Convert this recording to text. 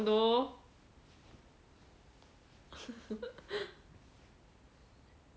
though